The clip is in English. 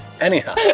Anyhow